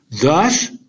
Thus